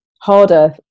harder